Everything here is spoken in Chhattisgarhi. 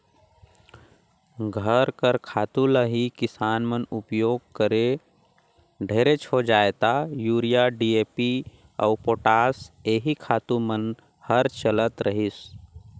घर कर खातू ल ही किसान मन उपियोग करें ढेरेच होए जाए ता यूरिया, डी.ए.पी अउ पोटास एही खातू मन हर चलत रहिस